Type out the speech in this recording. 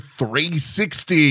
360